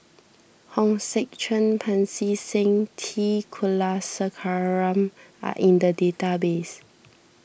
Hong Sek Chern Pancy Seng T Kulasekaram are in the database